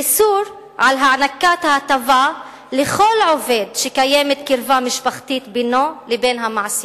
איסור הענקת ההטבה לכל עובד שקיימת קרבה משפחתית בינו לבין המעסיק.